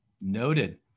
noted